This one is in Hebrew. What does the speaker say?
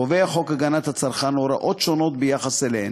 חוק הגנת הצרכן קובע הוראות שונות ביחס אליהן,